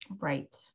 Right